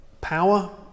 power